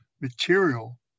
material